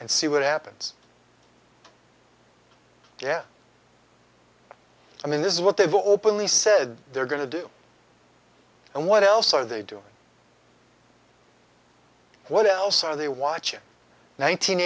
and see what happens yeah i mean this is what they've openly said they're going to do and what else are they doing what else are they watch